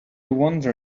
wonder